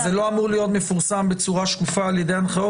אז זה לא אמור להיות מפורסם בצורה שקופה על ידי הנחיות?